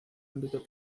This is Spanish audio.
ámbito